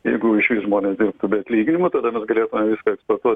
jeigu žmonės dirbtų be atlyginimo tada mes galėtume viską eksportuot